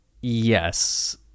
Yes